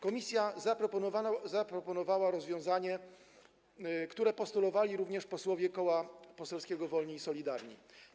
Komisja zaproponowała rozwiązanie, które postulowali również posłowie Koła Poselskiego Wolni i Solidarni.